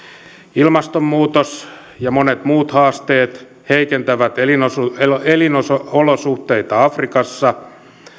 ilmastonmuutos ja monet muut haasteet heikentävät elinolosuhteita elinolosuhteita afrikassa